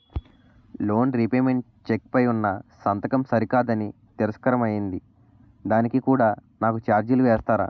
Loan repayment cheque పై ఉన్నా సంతకం సరికాదు అని తిరస్కారం అయ్యింది దానికి కూడా నాకు ఛార్జీలు వేస్తారా?